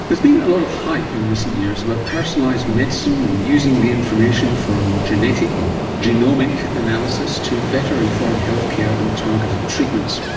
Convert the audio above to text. been a lot of hype in recent years about personalised medicine and using the information from genetic, or genomic, analysis to better inform healthcare and targeted treatments.